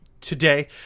today